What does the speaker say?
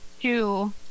two